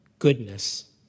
goodness